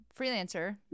Freelancer